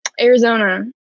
Arizona